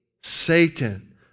Satan